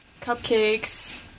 cupcakes